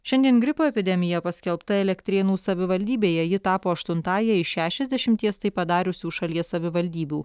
šiandien gripo epidemija paskelbta elektrėnų savivaldybėje ji tapo aštuntąja iš šešiasdešimties tai padariusių šalies savivaldybių